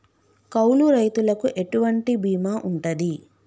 కౌలు రైతులకు ఎటువంటి బీమా ఉంటది?